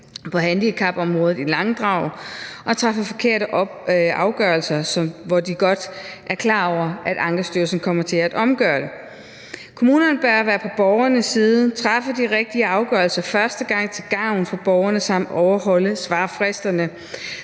på handicapområdet i langdrag og træffer forkerte afgørelser, hvor de godt er klar over, at Ankestyrelsen kommer til at omgøre dem. Kommunerne bør være på borgernes side og træffe de rigtige afgørelser første gang til gavn for borgerne samt overholde svarfristerne,